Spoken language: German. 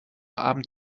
abend